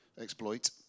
exploit